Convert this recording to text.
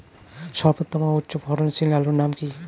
সর্বোত্তম ও উচ্চ ফলনশীল আলুর নাম কি?